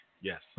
Yes